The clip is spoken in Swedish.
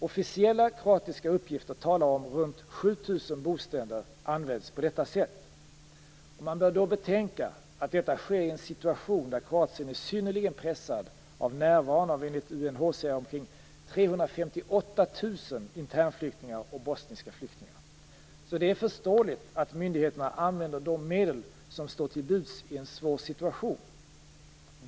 Officiella kroatiska uppgifter talar om att runt 7 000 bostäder används på detta sätt. Man bör då betänka att detta sker i en situation där Kroatien är synnerligen pressat av närvaron av enligt UNHCR omkring 358 000 internflyktingar och bosniska flyktingar. Det är förståeligt att myndigheterna använder de medel som står till buds i en svår situation.